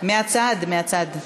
מהצד.